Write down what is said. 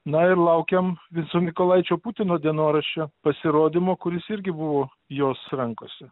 na ir laukiam vinco mykolaičio putino dienoraščio pasirodymo kuris irgi buvo jos rankose